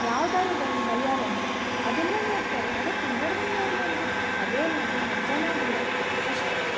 ಯಾವುದಾದ್ರೂ ಬರಲಿ ಮಲಯಾಳಂ ಅದೆಲ್ಲ ನೋಡ್ತಾರೆ ಅದೇ ಕನ್ನಡದನ್ನ ನೋಡಿ ಅಂದರೆ ಅದೇನದು ಅದು ಚೆನ್ನಾಗಿಲ್ಲ ಅಷ್ಟೆ